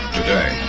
today